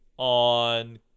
on